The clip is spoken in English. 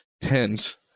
tent